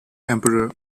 emperor